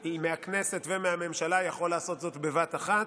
מהכנסת ומהממשלה יכול לעשות זאת בבת אחת,